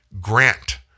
grant